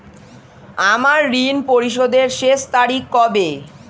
আমার ঋণ পরিশোধের শেষ তারিখ কবে?